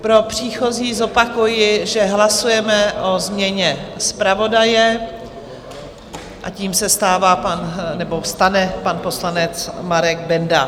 Pro příchozí zopakuji, že hlasujeme o změně zpravodaje, a tím se stává nebo stane pan poslanec Marek Benda.